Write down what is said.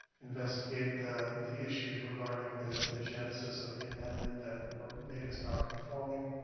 investigate the the issues regarding the the genesis of the amendment that made us nonconforming,